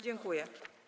Dziękuję.